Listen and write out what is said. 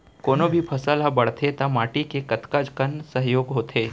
कोनो भी फसल हा बड़थे ता माटी के कतका कन सहयोग होथे?